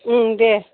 उम दे